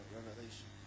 Revelation